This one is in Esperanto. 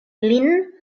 lin